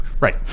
right